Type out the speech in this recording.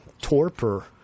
torpor